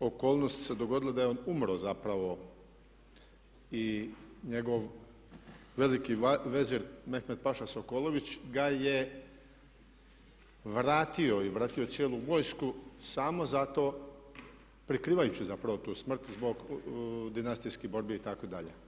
okolnosti su se dogodile da je on umro zapravo i njegov veliki vezir Mehmed-paša Sokolović ga je vratio i vratio cijelu vojsku samo zato prikrivajući zapravo tu smrt zbog dinastijskih borbi itd.